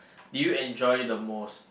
do you enjoy the most